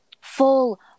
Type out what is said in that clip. full